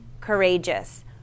courageous